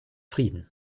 frieden